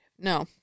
No